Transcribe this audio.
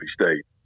state